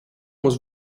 was